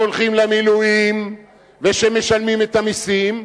שהולכים למילואים ושמשלמים את המסים,